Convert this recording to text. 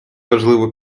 важливо